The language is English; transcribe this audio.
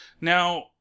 now